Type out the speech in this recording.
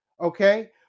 okay